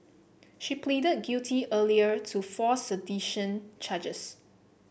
she pleaded guilty earlier to four sedition charges